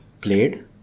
played